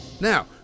Now